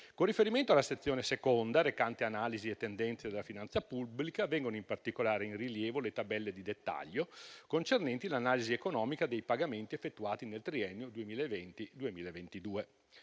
Con riferimento alla II Sezione, recante analisi e tendenze della finanza pubblica, vengono in rilievo in particolare le tabelle di dettaglio concernenti l'analisi economica dei pagamenti effettuati nel triennio 2020-2022.